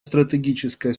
стратегическая